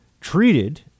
treated